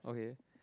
okay